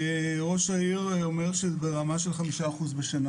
ראש העיר אומר שזה ברמה של כ-5% בשנה.